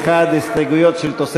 ההסתייגויות לסעיף 40,